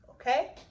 okay